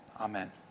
amen